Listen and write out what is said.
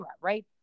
right